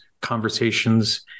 conversations